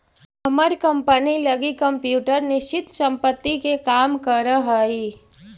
हमर कंपनी लगी कंप्यूटर निश्चित संपत्ति के काम करऽ हइ